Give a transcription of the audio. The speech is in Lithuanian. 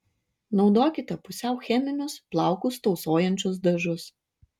naudokite pusiau cheminius plaukus tausojančius dažus